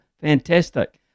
Fantastic